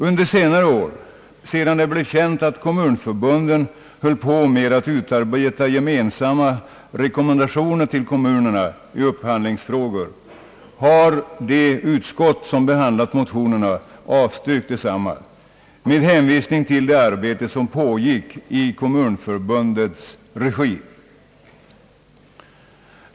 Under senare år, sedan det blev känt att kommunförbunden höll på att utarbeta gemensamma rekommendationer till kommunerna i upphandlingsfrågor, har de utskott som behandlat motionerna avstyrkt desamma med hänvisning till det arbete som pågick i kommunförbundens regi.